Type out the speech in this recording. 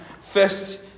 first